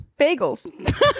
bagels